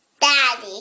Daddy